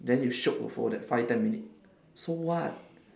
then you shiok for that five ten minute so what